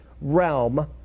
realm